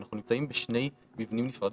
אנחנו נמצאים בשני מבנים נפרדים.